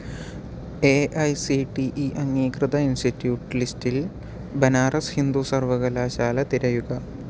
A I C T E അംഗീകൃത institute ലിസ്റ്റിൽ ബനാറസ് ഹിന്ദു സർവ്വകലാശാല തിരയുക